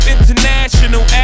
International